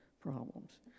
problems